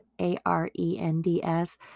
A-R-E-N-D-S